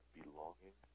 belonging